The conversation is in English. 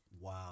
Wow